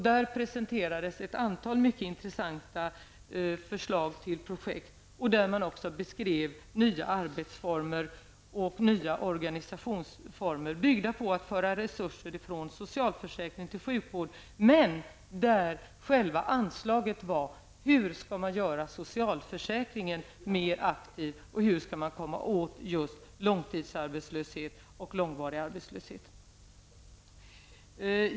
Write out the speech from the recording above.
Där presenterades ett antal mycket intressanta förslag till projekt. Man beskrev också nya arbetsformer och nya organisationsformer, byggda på att föra resurser från socialförsäkringen till sjukvården. Själva anslaget var: Hur skall man göra socialförsäkringen mer aktiv och hur skall man komma åt just långtidssjukdom och långvarig arbetslöshet?